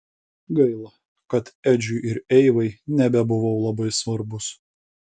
gaila kad edžiui ir eivai nebebuvau labai svarbus